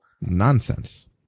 Nonsense